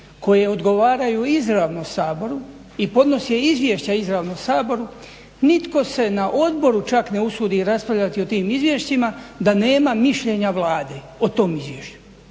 koje odgovaraju izravno Saboru i podnose izvješća izravno Saboru nitko se na odboru čak ne usudi raspravljati o tim izvješćima da nema mišljenja Vlade o tom izvješću,